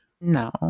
No